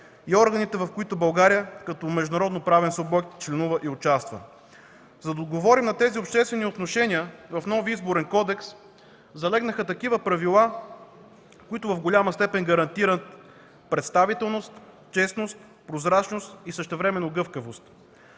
органите, в които България членува и участва като международноправен субект. За да отговорим на тези обществени отношения в новия Изборен кодекс залегнаха правила, които в голяма степен гарантират представителност, честност, прозрачност и същевременно гъвкавост.